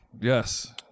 yes